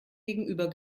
gegenüber